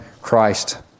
Christ